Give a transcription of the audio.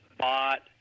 bought